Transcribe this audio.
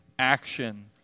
action